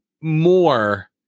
more